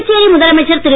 புதுச்சேரி முதலமைச்சர் திரு